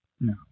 No